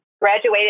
graduated